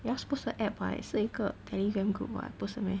yours 不是 app [what] 是一个 Telegram group [what] 不是 meh